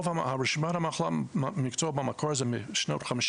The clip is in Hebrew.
רשימת מחלות מקצוע במקור זה משנת 1954